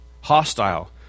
hostile